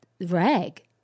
Reg